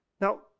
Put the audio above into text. Now